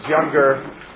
younger